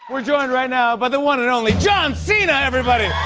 we're joined right now by the one and only john cena, everybody.